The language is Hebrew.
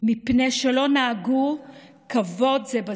מפני שלא נהגו כבוד זה בזה.